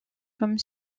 comme